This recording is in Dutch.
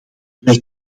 wij